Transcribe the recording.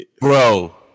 Bro